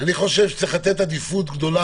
חושב שצריך לתת עדיפות גדולה